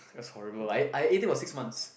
that's horrible I I ate it for six months